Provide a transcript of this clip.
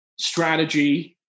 strategy